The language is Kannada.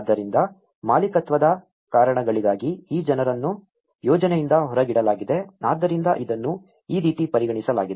ಆದ್ದರಿಂದ ಮಾಲೀಕತ್ವದ ಕಾರಣಗಳಿಗಾಗಿ ಈ ಜನರನ್ನು ಯೋಜನೆಯಿಂದ ಹೊರಗಿಡಲಾಗಿದೆ ಆದ್ದರಿಂದ ಇದನ್ನು ಈ ರೀತಿ ಪರಿಗಣಿಸಲಾಗಿದೆ